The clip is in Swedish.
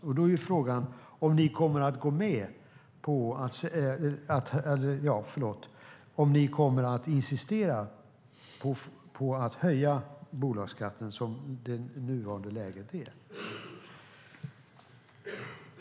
Därför är frågan om Socialdemokraterna kommer att insistera på att höja bolagsskatten utifrån hur det nuvarande läget är.